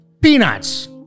Peanuts